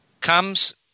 comes